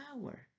power